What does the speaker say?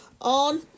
on